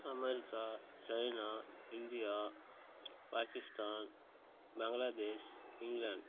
America China India Pakistan Bangladesh England